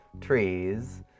trees